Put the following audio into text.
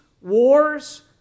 wars